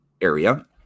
area